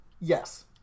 Yes